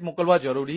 નથી